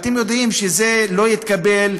אתם יודעים שזה לא יתקבל,